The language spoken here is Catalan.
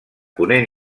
ponent